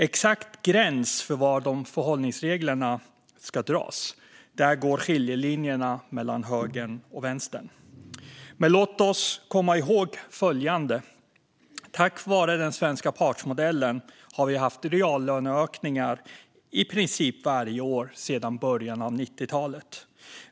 Exakt gräns för var de förhållningsreglerna ska dras - där går skiljelinjerna mellan höger och vänster. Men låt oss komma ihåg följande. Tack vare den svenska partsmodellen har vi haft reallöneökningar i princip varje år sedan början av 90-talet.